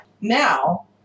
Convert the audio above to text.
Now